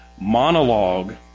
monologue